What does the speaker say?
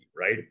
right